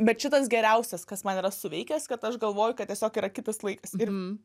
bet šitas geriausias kas man yra suveikęs kad aš galvoju kad tiesiog yra kitas laikas ir